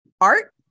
art